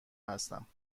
هستم